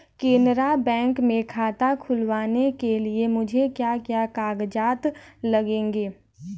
Canara bank में खाता खुलवाने के लिए मुझे क्या क्या कागजात लगेंगे?